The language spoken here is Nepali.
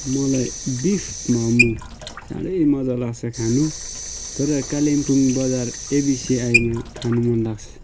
मलाई बिफ मोमो साह्रै मजा लाग्छ खानु तर कालिम्पुङ बजार एबिसिआईमा खानु मन लाग्छ